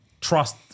trust